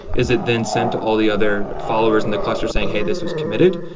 is it then sent to all the other followers in the cluster saying, hey, this was committed.